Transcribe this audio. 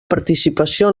participació